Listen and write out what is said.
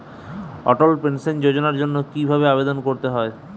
অটল pension যোজনার জন্য কি ভাবে আবেদন করতে হয়?